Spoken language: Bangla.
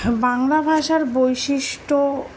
বাংলা ভাষার বৈশিষ্ট্য